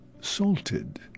salted